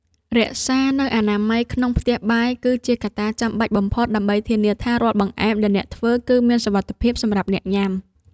រក្សានូវអនាម័យក្នុងផ្ទះបាយ គឺជាកត្តាចាំបាច់បំផុតដើម្បីធានាថារាល់បង្អែមដែលអ្នកធ្វើ គឺមានសុវត្ថិភាពសម្រាប់អ្នកញ៉ាំ។